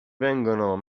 vengono